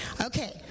Okay